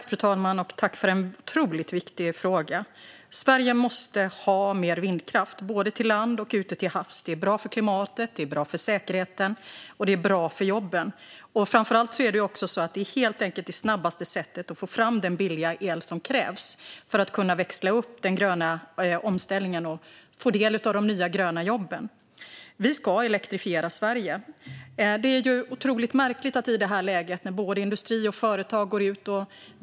Fru talman! Jag tackar för en otroligt viktig fråga. Sverige måste ha mer vindkraft, både på land och ute till havs. Det är bra för klimatet, för säkerheten och för jobben. Framför allt är det helt enkelt det snabbaste sättet att få fram den billiga el som krävs för att kunna växla upp den gröna omställningen och få del av de nya gröna jobben. Vi ska elektrifiera Sverige. Både industri och företag går ut.